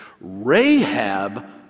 Rahab